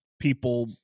people